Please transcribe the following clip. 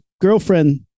girlfriend